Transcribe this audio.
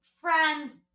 Friends